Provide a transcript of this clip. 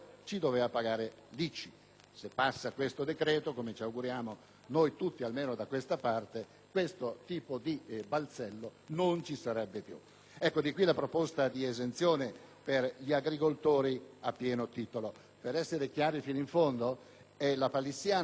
passa questo decreto-legge - come ci auguriamo noi tutti, almeno da questa parte - questo tipo di balzello non ci sarebbe più. Di qui la proposta di esenzione per gli agricoltori a pieno titolo: per essere chiari fino in fondo, è lapalissiano che se questi edifici